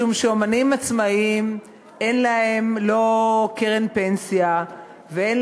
משום שאמנים עצמאים אין להם קרן פנסיה ואין